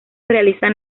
realizan